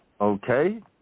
Okay